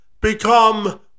become